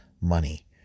money